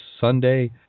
Sunday